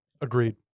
Agreed